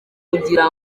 kugira